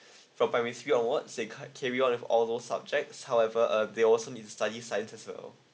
from primary three onwards they can't carry on with all those subjects however uh they also need to study science as well